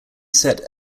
set